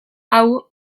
hau